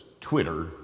Twitter